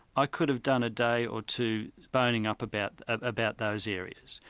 i could have done a day or two boning up about about those areas,